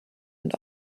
and